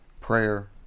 Prayer